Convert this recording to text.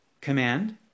command